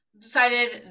decided